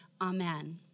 Amen